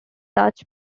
dutch